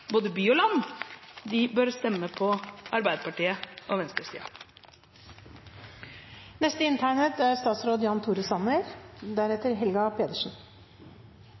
både by og land, de bør stemme på Arbeiderpartiet og venstresiden. Det er